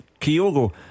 Kyogo